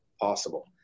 possible